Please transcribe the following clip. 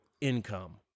income